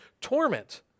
torment